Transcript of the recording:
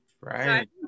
Right